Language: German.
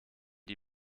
die